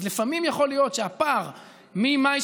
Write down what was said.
אז לפעמים יכול להיות שהפער בין מאי,